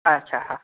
अच्छा हा